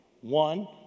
One